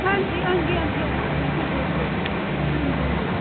लेकिन ओह् गुफा बी बड़ी ऐतिहासिक गुफा ऐ इत्थै पांडवें अपनी रैस्ट कीती ही आखदे आनियै